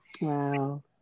Wow